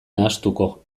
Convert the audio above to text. nahastuko